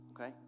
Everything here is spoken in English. okay